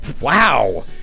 Wow